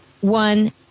one